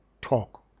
talk